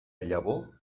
llavor